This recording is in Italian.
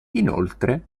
inoltre